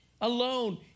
alone